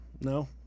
No